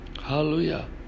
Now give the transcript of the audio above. Hallelujah